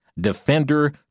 Defender